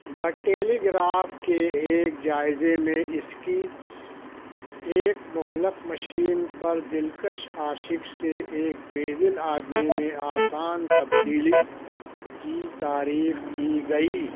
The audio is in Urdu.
دا ٹیلی گراف کے ایک جائزے میں اس کی ایک مہلک مشین پر دلکش عاشق سے ایک بےدل آدمی میں آسان تبدیلی کی تعریف کی گئی